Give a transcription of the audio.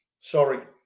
Sorry